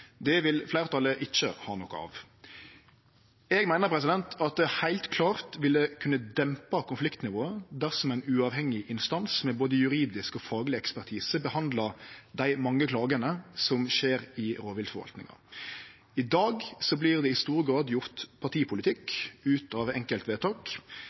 Det vil fleirtalet ikkje ha noko av. Eg meiner det heilt klart ville kunne dempe konfliktnivået dersom ein uavhengig instans med både juridisk og fagleg ekspertise behandla dei mange klagene som skjer i rovviltforvaltinga. I dag vert det i stor grad gjort